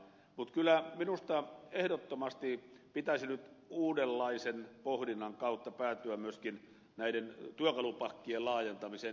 mutta kyllä minusta ehdottomasti pitäisi nyt uudenlaisen pohdinnan kautta päätyä myöskin näiden työkalupakkien laajentamiseen